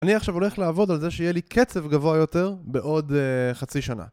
אני עכשיו הולך לעבוד על זה שיהיה לי קצב גבוה יותר בעוד חצי שנה